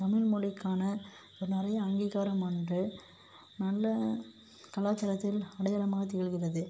தமிழ்மொழிக்கான ஒரு நிறையா அங்கீகாரம் ஒன்று நல்ல கலாச்சாரத்தில் அடையாளமாக திகழ்கிறது